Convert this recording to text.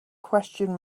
question